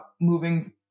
moving